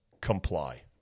comply